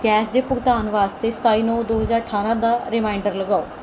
gas ਦੇ ਭੁਗਤਾਨ ਵਾਸਤੇ ਸਤਾਈ ਨੌ ਦੋ ਹਜ਼ਾਰ ਅਠਾਰਾਂ ਦਾ ਰੇਮਾਇੰਡਰ ਲਗਾਓ